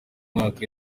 mwaka